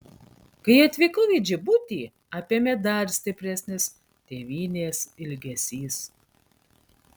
kai atvykau į džibutį apėmė dar stipresnis tėvynės ilgesys